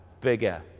bigger